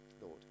Lord